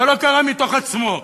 זה לא קרה מתוך עצמו.